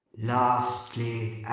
lastly,